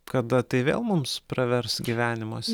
kada tai vėl mums pravers gyvenimuos